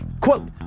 Quote